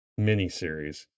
miniseries